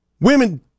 women